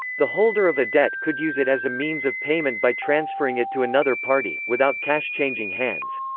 the holder of a debt could use it as a means of payment by transferring it to another party, without cash changing hands.